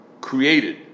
created